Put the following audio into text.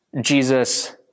Jesus